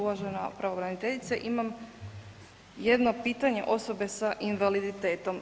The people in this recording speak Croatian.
Uvažena pravobraniteljice, imam jedno pitanje osobe sa invaliditetom.